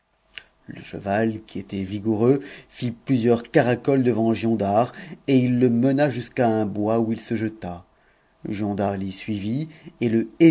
le cheval qui était vigoureux fit plusieurs caracoles devant giondar e mena jusqu'à un bois où il se jeta giondar l'y suivit et le